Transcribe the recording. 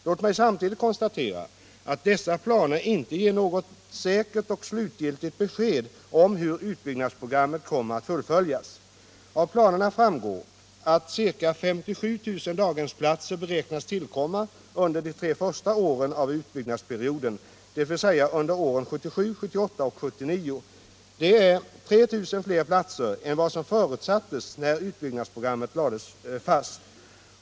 Låt mig samtidigt konstatera att dessa planer inte ger något säkert och slutgiltigt besked om hur utbyggnadsprogrammet kommer att fullföljas. Av planerna framgår att ca 57 000 daghemsplatser beräknas tillkomma under de tre första åren av utbyggnadsperioden, dvs. under åren 1977, 1978 och 1979. Det är 3 000 fler platser än vad som förutsattes när utbyggnadsprogrammet lades fast.